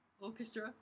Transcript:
Orchestra